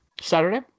Saturday